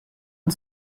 und